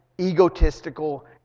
egotistical